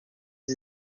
sie